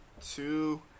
two